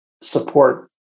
support